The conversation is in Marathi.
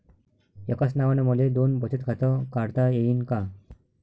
एकाच नावानं मले दोन बचत खातं काढता येईन का?